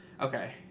Okay